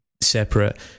separate